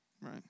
Right